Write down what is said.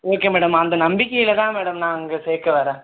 okay madam அந்த நம்பிக்கையில் தான் மேடம் நான் அங்கே சேர்க்க வரேன்